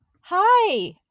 Hi